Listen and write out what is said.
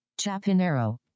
Chapinero